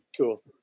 Cool